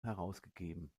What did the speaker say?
herausgegeben